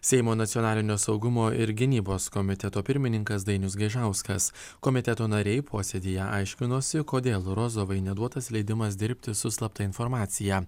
seimo nacionalinio saugumo ir gynybos komiteto pirmininkas dainius gaižauskas komiteto nariai posėdyje aiškinosi kodėl rozovai neduotas leidimas dirbti su slapta informacija